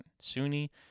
Sunni